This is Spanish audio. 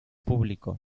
público